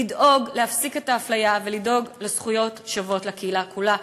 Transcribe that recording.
לדאוג להפסיק את האפליה ולדאוג לזכויות שוות לקהילה כולה.